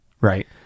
right